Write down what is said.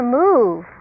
move